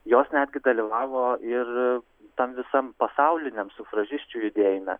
jos netgi dalyvavo ir tam visam pasauliniam sufražisčių judėjime